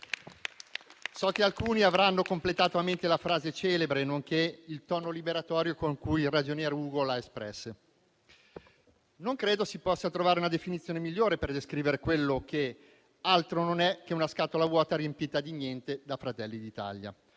So che alcuni avranno completato a mente la frase celebre, nonché il tono liberatorio con cui ragionier Ugo la espresse. Non credo si possa trovare una definizione migliore per descrivere quello che altro non è che una scatola vuota riempita di niente da Fratelli d'Italia;